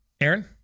Aaron